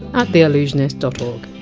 at theallusionist dot o